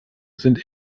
sind